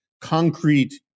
concrete